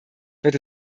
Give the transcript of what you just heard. wird